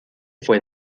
fue